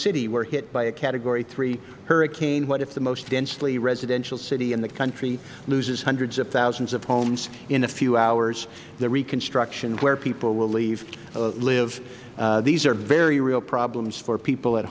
city were hit by a category three hurricane what if the most densely residential city in the country loses hundreds of thousands of homes in a few hours the reconstruction where people will live these are very real problems for people at